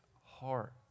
heart